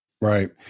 Right